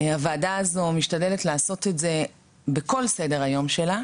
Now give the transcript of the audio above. הוועדה הזו משתדלת לעשות את זה בכל סדר היום שלה,